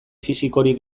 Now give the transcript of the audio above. fisikorik